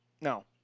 No